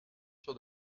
sûr